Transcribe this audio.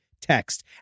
text